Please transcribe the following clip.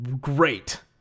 great